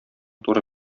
туры